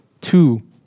Two